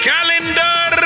Calendar